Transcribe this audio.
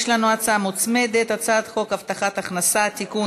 יש לנו הצעה מוצמדת: הצעת חוק הבטחת הכנסה (תיקון,